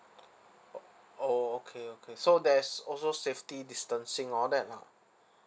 uh orh okay okay so there's also safety distancing all that lah